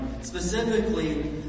Specifically